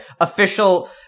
official